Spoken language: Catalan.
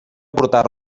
portar